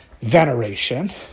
veneration